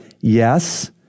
Yes